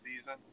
season